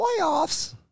playoffs